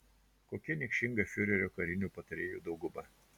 kokia niekšinga fiurerio karinių patarėjų dauguma